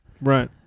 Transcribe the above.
Right